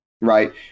right